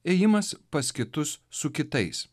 ėjimas pas kitus su kitais